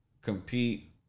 compete